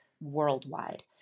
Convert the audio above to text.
worldwide